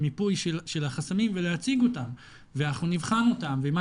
מיפוי של כל החסמים ולהציג אותם ואנחנו נבחן אותם ומה